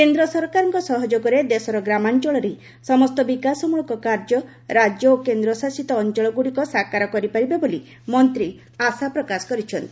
କେନ୍ଦ୍ର ସରକାରଙ୍କ ସହଯୋଗରେ ଦେଶର ଗ୍ରାମାଞଳରେ ସମସ୍ତ ବିକାଶମୂଳକ କାର୍ଯ୍ୟ ରାଜ୍ୟ ଓ କେନ୍ଦ୍ରଶାସିତ ଅଞ୍ଚଳମାନେ ସାକାର କରିପାରିବେ ବୋଲି ମନ୍ତ୍ରୀ ଆଶାପ୍ରକାଶ କରିଛନ୍ତି